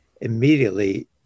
immediately